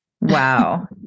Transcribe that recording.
Wow